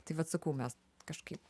tai vat sakau mes kažkaip